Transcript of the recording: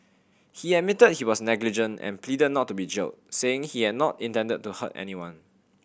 he admitted he was negligent and pleaded not to be jailed saying he had not intended to hurt anyone